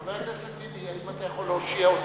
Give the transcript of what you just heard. חבר הכנסת טיבי, האם אתה יכול להושיע אותי?